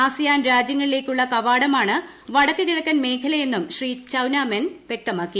ASEAN രാജ്യങ്ങളിലേക്കുള്ള കവാടമാണ് വടക്ക് കിഴക്കൻ മേഖലയെന്നും ശ്രീ ചൌന മേൻ വ്യക്തമാക്കി